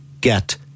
get